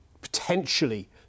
potentially